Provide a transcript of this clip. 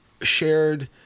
shared